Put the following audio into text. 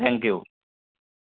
thank U